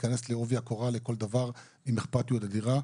להיכנס לעובי הקורה בכל דבר עם אכפתיות אדירה.